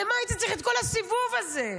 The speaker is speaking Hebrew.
למה היית צריך את כל הסיבוב הזה?